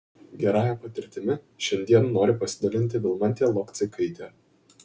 gerąja patirtimi šiandien nori pasidalinti vilmantė lokcikaitė